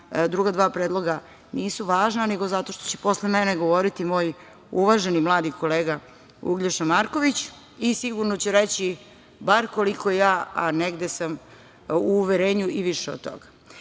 druga dva predloga nisu važna, nego zato što će posle mene govoriti moj uvaženi mladi kolega Uglješa Marković i sigurno će reći bar koliko i ja, a negde sam u uverenju - i više od